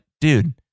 dude